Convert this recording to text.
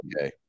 okay